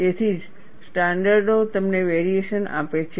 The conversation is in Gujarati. તેથી જ સ્ટાન્ડર્ડો તમને વેરીએશન આપે છે